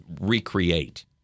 recreate